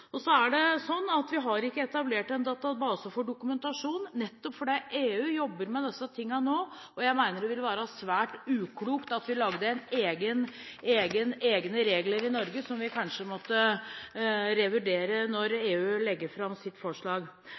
Vi har ikke etablert en database for dokumentasjon, nettopp fordi EU jobber med dette nå, og jeg mener det ville være svært uklokt om vi lagde egne regler i Norge som vi kanskje måtte revurdere når EU legger fram sitt forslag.